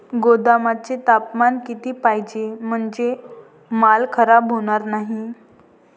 गोदामाचे तापमान किती पाहिजे? म्हणजे माल खराब होणार नाही?